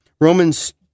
Romans